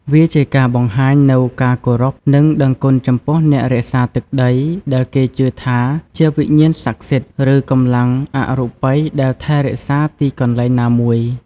វាជាការបង្ហាញនូវការគោរព និងដឹងគុណចំពោះអ្នករក្សាទឹកដី ដែលគេជឿថាជាវិញ្ញាណស័ក្តិសិទ្ធិ ឬកម្លាំងអរូបិយដែលថែរក្សាទីកន្លែងណាមួយ។